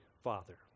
father